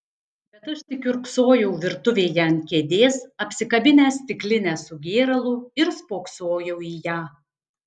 bet aš tik kiurksojau virtuvėje ant kėdės apsikabinęs stiklinę su gėralu ir spoksojau į ją